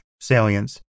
salience